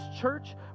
church